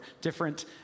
different